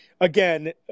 again